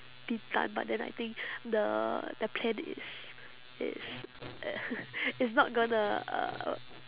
bintan but then I think the the plan is is uh is not gonna uh